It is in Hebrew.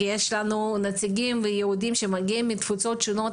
כי יש לנו נציגים ויהודים שמגיעים מתפוצות שונות,